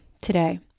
today